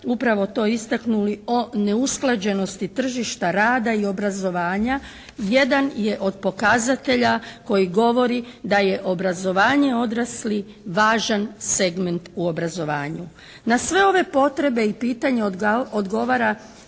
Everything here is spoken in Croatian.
upravo to istaknuli o neusklađenosti tržišta rada i obrazovanja, jedan je od pokazatelja koji govori da je obrazovanje odraslih važan segment u obrazovanju. Na sve ove potrebe i pitanja odgovara